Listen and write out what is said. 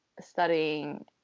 studying